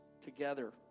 together